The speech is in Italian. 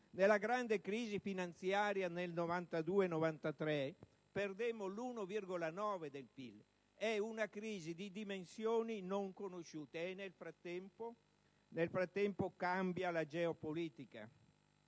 nella grande crisi finanziaria del 1992-1993 perdemmo l'1,9 per cento del PIL. È una crisi di dimensioni non conosciute e, nel frattempo, cambia la geopolitica.